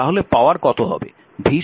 তাহলে পাওয়ার কত হবে